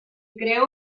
creó